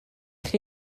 chi